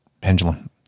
pendulum